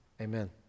Amen